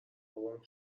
بابام